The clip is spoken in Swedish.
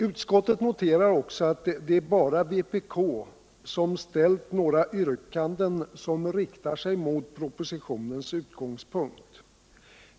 Utskottet noterar också att det bara är vpk, som ställt några yrkanden som riktar sig mot propositionens utgångspunkt.